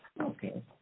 Okay